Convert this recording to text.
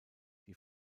die